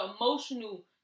emotional